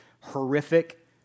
horrific